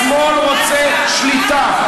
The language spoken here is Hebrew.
השמאל רוצה שליטה.